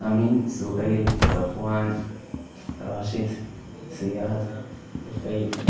Ameen Suhail Safwan Rashid Siyad തുഫൈ